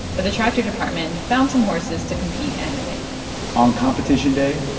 but the tractor department found some horses to compete anyway on competition day,